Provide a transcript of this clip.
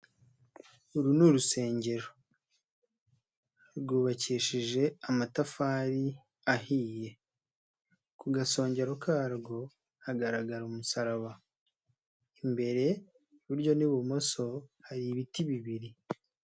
Uru ni urusengero rwubakishije amatafari ahiye, ku gasongero karwo hagaragara umusaraba, imbere y'iburyo n'ibumoso hari ibiti bibiri.